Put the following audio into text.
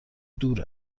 دور